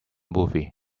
movie